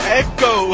echo